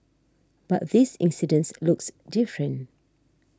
but this incident looks different